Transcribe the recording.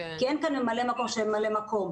כי אין כאן ממלא מקום שממלא מקום.